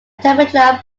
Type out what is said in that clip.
temperature